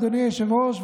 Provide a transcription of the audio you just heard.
אדוני היושב-ראש,